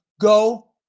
go